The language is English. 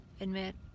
admit